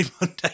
Monday